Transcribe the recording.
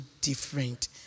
different